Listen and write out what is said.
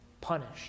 punished